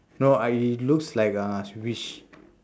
no I it looks like uh